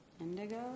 Indigo